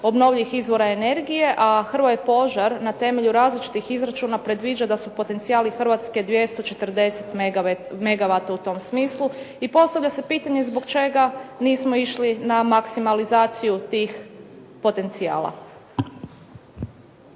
obnovljivih izvora energije, a Hrvoje Požar na temelju različitih izračuna predviđa da su potencijali Hrvatske 240 megawata u tom smislu. I postavlja se pitanje zbog čega nismo išli na maksimalizaciju tih potencijala.